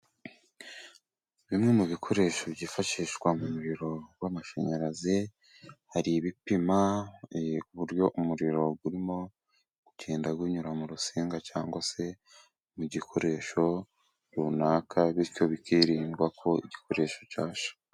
Bimwe mu bikoresho byifashishwa mu muriro w'amashanyarazi, hari ibipima uburyo umuriro urimo kugenda unyura mu rustinga, cyangwa se mu gikoresho runaka, bityo bikarinda ko igikoresho cyasha.